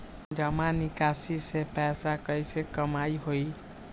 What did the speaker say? जमा निकासी से पैसा कईसे कमाई होई?